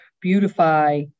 beautify